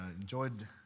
enjoyed